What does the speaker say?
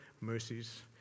mercies